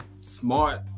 smart